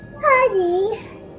Honey